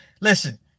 Listen